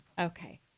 Okay